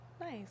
Nice